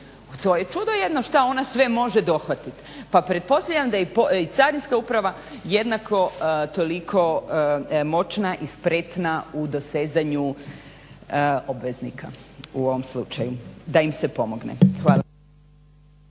to je čudo jedno šta ona sve može dohvatiti, pa pretpostavljam da i Carinska uprava jednako toliko moćna i spretna u dosezanju obveznika u ovome slučaju da im se pomogne. Hvala.